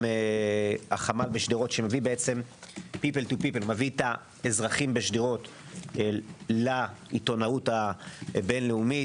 גם החמ"ל בשדרות שמביא את האזרחים בשדרות לעיתונאות הבין-לאומית,